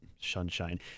Sunshine